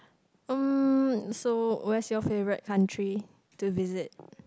um so where's your favourite country to visit